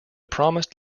promised